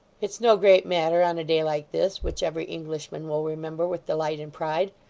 it's no great matter on a day like this, which every englishman will remember with delight and pride.